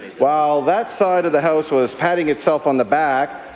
while that side of the house was patting itself on the back,